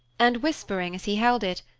and whispering, as he held it,